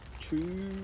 two